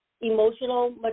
emotional